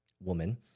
woman